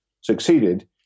succeeded